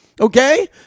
okay